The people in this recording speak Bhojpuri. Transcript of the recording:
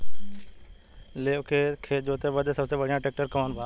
लेव के खेत जोते बदे सबसे बढ़ियां ट्रैक्टर कवन बा?